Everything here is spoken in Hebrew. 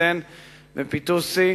סן ופיטוסי,